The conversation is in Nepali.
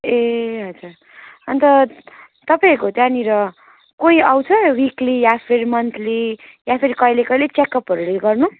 ए हजुर अन्त तपाईँहरूको त्यहाँनिर कोही आउँछ विकली या फिर मन्थली या फिर कहिले कहिले चेकअपहरू गर्न